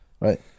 Right